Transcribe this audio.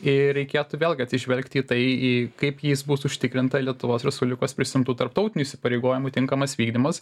ir reikėtų vėlgi atsižvelgti į tai į kaip jis bus užtikrinta lietuvos respublikos prisiimtų tarptautinių įsipareigojimų tinkamas vykdymas